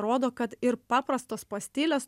rodo kad ir paprastos postilės